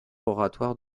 oratoire